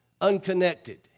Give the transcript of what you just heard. unconnected